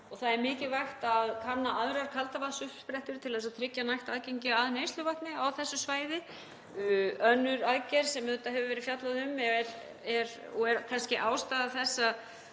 og það er mikilvægt að kanna aðrar kaldavatnsuppsprettur til að tryggja nægt aðgengi að neysluvatni á þessu svæði. Önnur aðgerð sem auðvitað hefur verið fjallað um og er kannski ástæða þess að